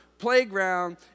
playground